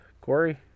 Corey